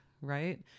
right